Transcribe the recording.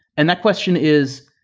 and that question is,